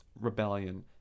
rebellion